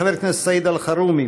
חבר הכנסת סעיד אלחרומי,